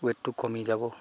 ৱেটটো কমি যাব